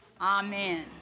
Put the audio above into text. Amen